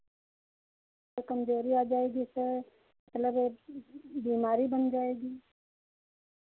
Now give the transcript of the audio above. तो कमज़ोरी आ जाएगी जैसे मतलब बीमारी बन जाएगी